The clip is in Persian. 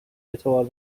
اعتبار